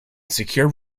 secure